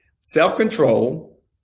Self-control